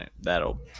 That'll